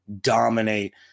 dominate